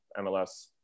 MLS